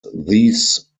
these